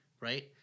right